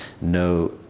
no